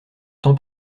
temps